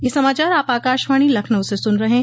ब्रे क यह समाचार आप आकाशवाणी लखनऊ से सुन रहे हैं